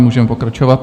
Můžeme pokračovat.